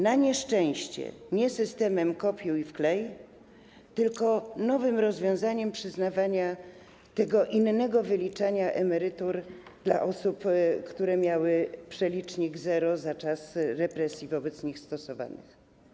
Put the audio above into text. Na nieszczęście nie systemem „kopiuj - wklej”, tylko nowym rozwiązaniem przyznawania innego wyliczenia emerytur dla osób, które miały przelicznik zero za czas represji wobec nich stosowanych.